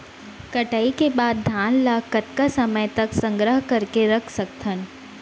कटाई के बाद धान ला कतका समय तक संग्रह करके रख सकथन?